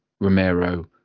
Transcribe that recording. Romero